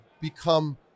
become –